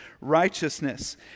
righteousness